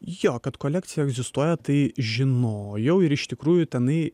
jo kad kolekcija egzistuoja tai žinojau ir iš tikrųjų tenai